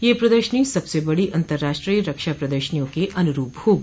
ये प्रदर्शनी सबसे बड़ी अंतर्राष्ट्रीय रक्षा प्रदशनियों के अनुरूप होगी